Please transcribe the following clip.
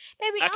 baby